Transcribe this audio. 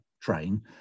train